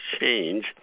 change